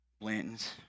Blanton's